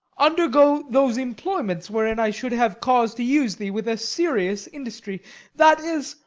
undergo those employments wherein i should have cause to use thee with a serious industry that is,